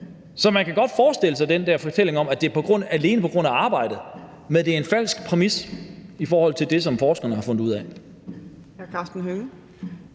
Så man kan godt forestille sig den der fortælling om, at det alene er på grund af arbejdet, men det er en falsk præmis i forhold til det, som forskerne har fundet ud af.